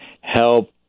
help